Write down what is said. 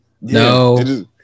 No